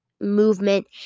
movement